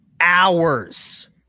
hours